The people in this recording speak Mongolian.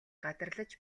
гадарлаж